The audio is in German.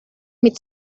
mit